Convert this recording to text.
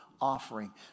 offering